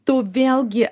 tu vėlgi